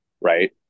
Right